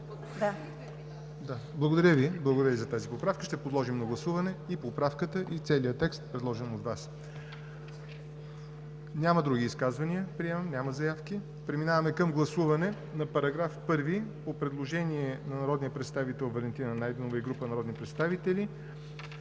Благодаря Ви за тази поправка. Ще подложим на гласуване поправката и целия текст, предложен от Вас. Приемам, че няма други изказвания, няма заявки. Преминаваме към гласуване на § 1 – по предложение на народния представител Валентина Найденова и група народни представители,